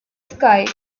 sky